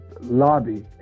lobby